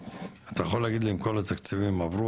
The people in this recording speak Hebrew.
אתה יכול להגיד לי אם כל התקציבים עברו,